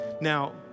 Now